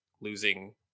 losing